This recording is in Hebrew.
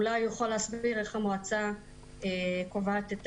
אולי הוא יכול להסביר איך המועצה קובעת את